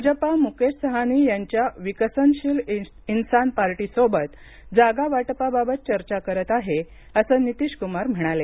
भाजपा म्केश साहनी यांच्या विकासशील इन्सान पार्टीसोबत जागावाटपाबाबत चर्चा करत आहे असं नितीश क्मार म्हणाले